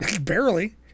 Barely